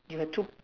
you can too